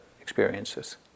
experiences